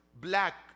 black